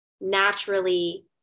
naturally